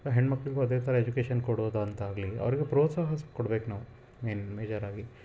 ಹೆಣ್ಣು ಮಕ್ಕಳಿಗೂ ಅದೇ ಥರ ಎಜುಕೇಶನ್ ಕೊಡೋದಂತಾಗಲಿ ಅವರಿಗೆ ಪ್ರೋತ್ಸಾಹ ಸಹ ಕೊಡ್ಬೇಕು ನಾವು ಮೇನ್ ಮೇಜರಾಗಿ